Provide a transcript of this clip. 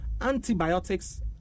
Antibiotics